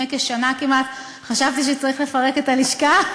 כשנה כמעט חשבתי שצריך לפרק את הלשכה,